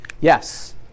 Yes